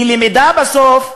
כי למידה בסוף,